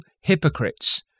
hypocrites